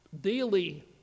daily